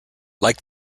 like